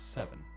Seven